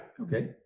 Okay